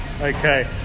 Okay